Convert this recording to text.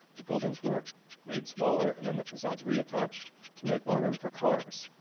the buildings were made smaller and then the facades reattached to make more room for cars.